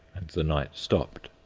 and the knight stopped.